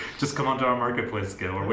just come on to our marketplace gael,